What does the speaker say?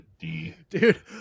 Dude